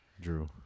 Drew